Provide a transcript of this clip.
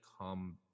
come